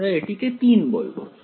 আমরা এটিকে 3 বলবো